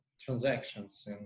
transactions